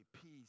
peace